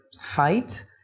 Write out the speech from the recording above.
fight